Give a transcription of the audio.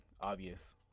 Obvious